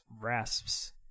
rasps